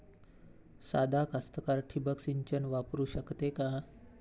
सादा कास्तकार ठिंबक सिंचन वापरू शकते का?